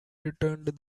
returned